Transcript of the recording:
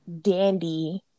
dandy